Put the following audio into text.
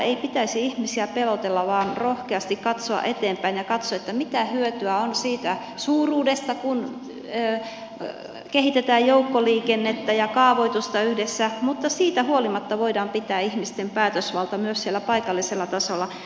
ei pitäisi ihmisiä pelotella vaan rohkeasti katsoa eteenpäin ja katsoa mitä hyötyä on siitä suuruudesta kun kehitetään joukkoliikennettä ja kaavoitusta yhdessä mutta siitä huolimatta voidaan pitää ihmisten päätösvalta myös siellä paikallisella tasolla